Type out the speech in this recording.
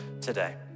today